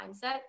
mindset